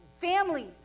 Families